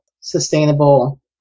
sustainable